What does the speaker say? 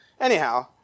Anyhow